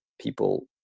people